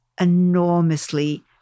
enormously